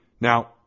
Now